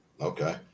okay